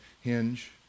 hinge